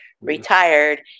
retired